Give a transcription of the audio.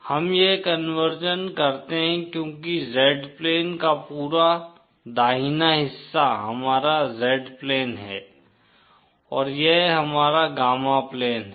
हम यह कन्वर्शन करते हैं क्योंकि Z प्लेन का पूरा दाहिना हिस्सा हमारा Z प्लेन है और यह हमारा गामा प्लेन है